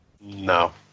No